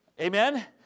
Amen